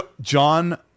John